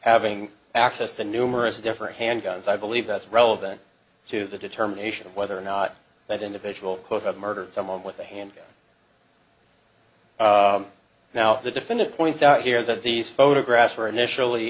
having access to numerous different handguns i believe that's relevant to the determination of whether or not that individual quote of murder someone with a handgun now the defendant points out here that these photographs were initially